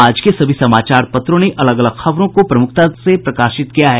आज के सभी समाचार पत्रों ने अलग अलग खबरों को प्रमुखता से प्रकाशित किया है